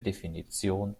definition